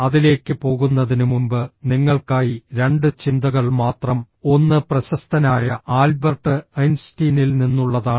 അതിലേക്ക് പോകുന്നതിനുമുമ്പ് നിങ്ങൾക്കായി രണ്ട് ചിന്തകൾ മാത്രം ഒന്ന് പ്രശസ്തനായ ആൽബർട്ട് ഐൻസ്റ്റീനിൽ നിന്നുള്ളതാണ്